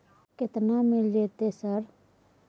केतना मिल जेतै सर?